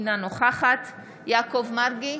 אינה נוכחת יעקב מרגי,